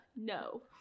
no